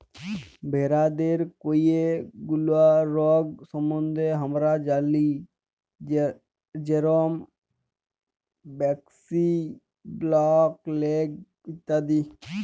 ভেরাদের কয়ে গুলা রগ সম্বন্ধে হামরা জালি যেরম ব্র্যাক্সি, ব্ল্যাক লেগ ইত্যাদি